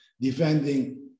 defending